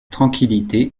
tranquillité